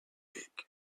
week